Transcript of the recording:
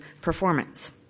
performance